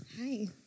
Hi